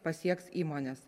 pasieks įmones